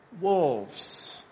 wolves